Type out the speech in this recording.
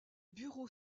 bureau